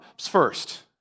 first